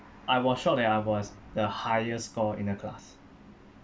I was shocked that I was the highest score in the class